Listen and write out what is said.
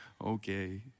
Okay